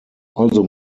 also